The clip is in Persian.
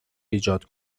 ایجاد